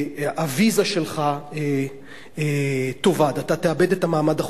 הוויזה שלך תאבד, אתה תאבד את המעמד החוקי.